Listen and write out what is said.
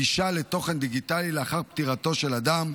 הגישה לתוכן דיגיטלי לאחר פטירתו של אדם,